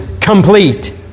complete